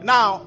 Now